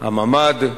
הממ"ד,